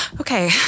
Okay